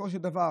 בסופו של דבר,